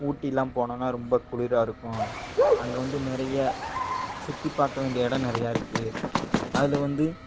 ஊட்டிலாம் போனோம்னா ரொம்ப குளிராக இருக்கும் அங்கே வந்து நிறைய சுற்றிப் பார்க்க வேண்டிய இடம் நிறையா இருக்குது அதில் வந்து